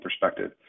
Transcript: perspective